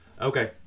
Okay